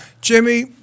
Jimmy